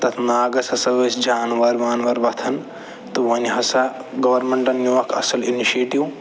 تَتھ ناگَس ہسا ٲسۍ جانوَر وانوَر وَتھان تہٕ وۄنۍ ہسا گورمٮ۪نٛٹَن نیُو اَکھ اَصٕل اِنِشیٹیوٗ